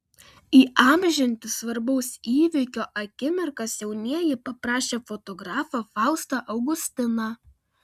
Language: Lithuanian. įamžinti svarbaus įvykio akimirkas jaunieji paprašė fotografą faustą augustiną